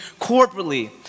corporately